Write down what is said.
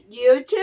YouTube